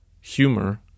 humor